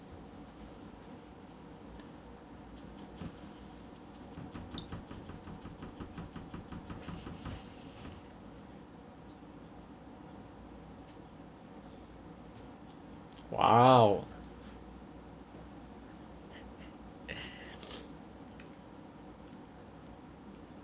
!wow!